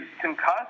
concussed